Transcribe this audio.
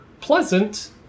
pleasant